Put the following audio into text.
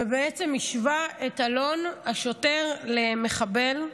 ובעצם השווה את אלון השוטר למחבל.